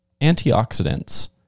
antioxidants